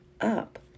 up